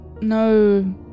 no